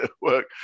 work